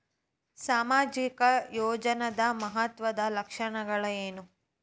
ಸಾಮಾಜಿಕ ಯೋಜನಾದ ಮಹತ್ವದ್ದ ಲಕ್ಷಣಗಳೇನು?